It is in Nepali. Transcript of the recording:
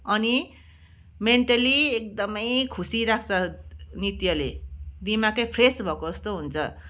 अनि मेन्टल्ली एकदमै खुसी राख्छ नृत्यले दिमाग नै फ्रेस भएको जस्तो हुन्छ